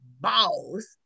balls